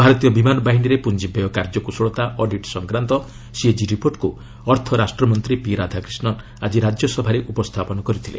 ଭାରତୀୟ ବିମାନ ବାହିନୀରେ ପୁଞ୍ଜି ବ୍ୟୟ କାର୍ଯ୍ୟ କୁଶଳତା ଅଡିଟ୍ ସଫକ୍ରାନ୍ତ ସିଏଜି ରିପୋର୍ଟକ୍ ଅର୍ଥ ରାଷ୍ଟ୍ରମନ୍ତ୍ରୀ ପି ରାଧାକ୍ରିଷ୍ଣନ୍ ଆଜି ରାଜ୍ୟସଭାରେ ଉପସ୍ଥାପନ କରିଥିଲେ